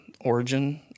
origin